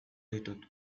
ditut